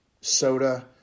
soda